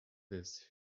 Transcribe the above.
this